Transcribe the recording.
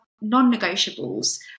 non-negotiables